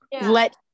let